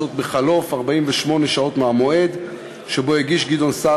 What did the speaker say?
זאת בחלוף 48 שעות מהמועד שבו הגיש גדעון סער